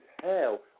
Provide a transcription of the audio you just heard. hell